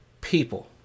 People